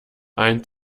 ein